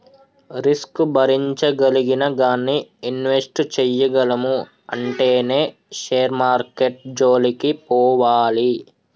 risk భరించగలిగినా గానీ invest చేయగలము అంటేనే షేర్ మార్కెట్టు జోలికి పోవాలి